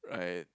right